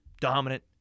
dominant